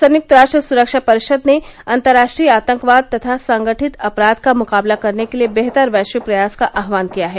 संयुक्त राष्ट्र सुरक्षा परिषद ने अंतर्राष्ट्रीय आतंकवाद तथा संगठित अपराध का मुकाबला करने के लिए बेहतर वैश्विक प्रयास का आह्वान किया है